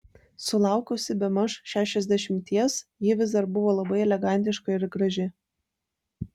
sulaukusi bemaž šešiasdešimties ji vis dar buvo labai elegantiška ir graži